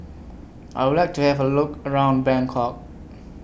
I Would like to Have A Look around Bangkok